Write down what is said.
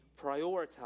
prioritize